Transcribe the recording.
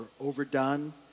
overdone